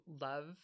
love